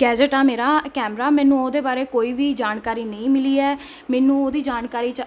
gadget ਆ ਮੇਰਾ camera ਮੈਨੂੰ ਉਹਦੇ ਬਾਰੇ ਕੋਈ ਵੀ ਜਾਣਕਾਰੀ ਨਹੀਂ ਮਿਲੀ ਹੈ ਮੈਨੂੰ ਉਹਦੀ ਜਾਣਕਾਰੀ 'ਚ